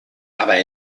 aber